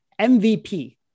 MVP